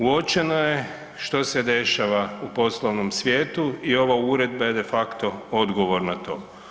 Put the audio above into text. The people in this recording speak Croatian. Uočeno je što se dešava u poslovnom svijetu i ova uredba je de facto odgovor na to.